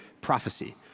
prophecy